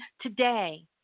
today